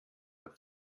auf